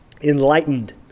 enlightened